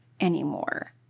anymore